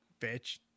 Bitch